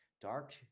dark